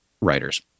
writers